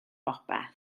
bopeth